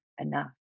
enough